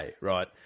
right